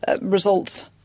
results